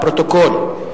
לפרוטוקול,